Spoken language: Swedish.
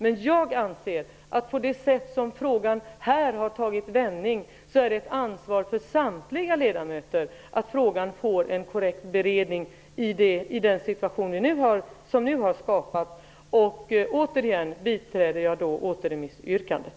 Men jag anser att i den situation som nu har skapats och med den vändning som frågan nu har tagit är det ett ansvar för samtliga ledamöter att frågan får en korrekt beredning. Herr talman! Återigen biträder jag återremissyrkandet.